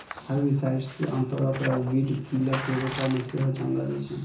herbicides के आमतौरो पे वीडकिलर के रुपो मे सेहो जानलो जाय छै